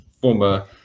former